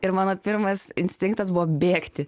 ir mano pirmas instinktas buvo bėgti